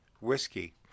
Whiskey